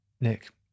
Nick